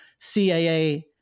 CAA